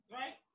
right